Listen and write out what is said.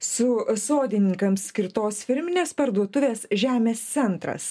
su sodininkams skirtos firminės parduotuvės žemės centras